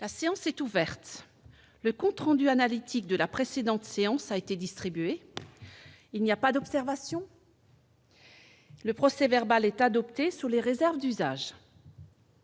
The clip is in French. La séance est ouverte, le compte rendu analytique de la précédente séance a été distribué, il n'y a pas d'observation. Le procès verbal est adoptée sur les réserves d'usage.